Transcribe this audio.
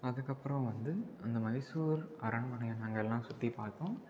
அதுக்கப்பறம் வந்து அந்த மைசூர் அரண்மனையை நாங்கள் எல்லாம் சுற்றி பார்த்தோம்